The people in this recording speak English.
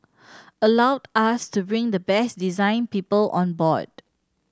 allowed us to bring the best design people on board